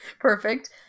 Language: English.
Perfect